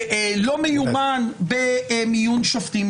לא מיומן במיון שופטים.